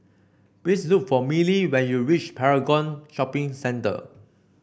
please look for Miley when you reach Paragon Shopping Centre